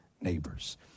neighbor's